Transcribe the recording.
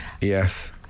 Yes